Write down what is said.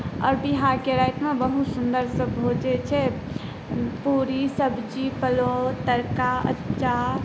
आओर बिआहके रातिमे बहुत सुन्दरसँ भोज होइ छै पूड़ी सब्जी पुलाव तड़का अचार